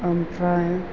ओमफ्राय